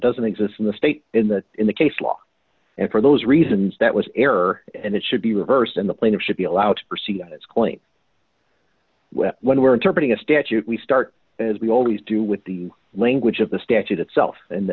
doesn't exist in the state in the in the case law and for those reasons that was error and it should be reversed in the plaintiff should be allowed to proceed on its claim when we are interpreting a statute we start as we always do with the language of the statute itself and